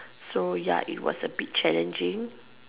so ya it was a bit challenging